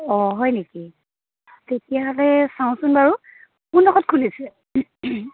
অ' হয় নেকি তেতিয়াহ'লে চাওঁচোন বাৰু কোন ডখৰত খুলিছে